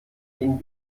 den